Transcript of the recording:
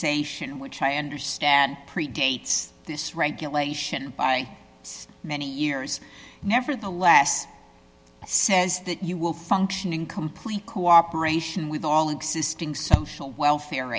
three which i understand predates this regulation by many years nevertheless says that you will function in complete cooperation with all existing social welfare